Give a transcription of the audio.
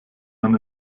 man